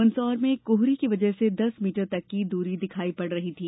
मंदसौर में कोहरे की वजह से दस मीटर तक की दूरी दिखाई पड़ रही थी